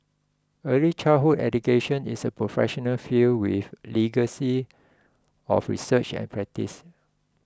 early childhood education is a professional field with legacy of research and practice